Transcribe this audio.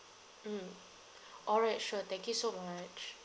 mm all right sure thank you so much